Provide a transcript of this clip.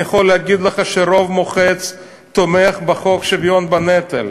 אני יכול להגיד לך שרוב מוחץ תומך בחוק השוויון בנטל,